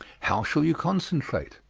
how shall you concentrate?